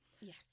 Yes